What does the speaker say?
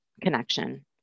connection